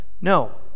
No